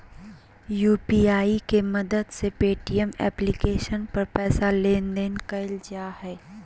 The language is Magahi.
यु.पी.आई के मदद से पेमेंट एप्लीकेशन पर पैसा लेन देन कइल जा हइ